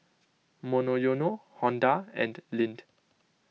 Monoyono Honda and Lindt